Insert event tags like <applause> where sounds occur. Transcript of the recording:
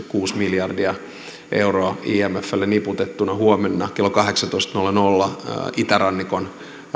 <unintelligible> kuusi miljardia euroa imflle niputettuna huomenna kello kahdeksantoista nolla nolla itärannikon